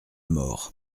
mort